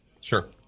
Sure